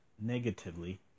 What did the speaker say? negatively